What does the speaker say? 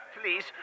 Please